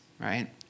right